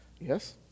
Yes